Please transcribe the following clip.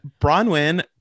Bronwyn